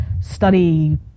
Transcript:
study